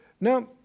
Now